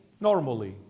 Normally